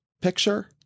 picture